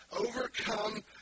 Overcome